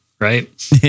Right